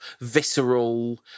visceral